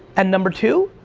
and number two,